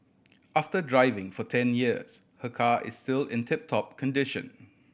after driving for ten years her car is still in tip top condition